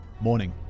Morning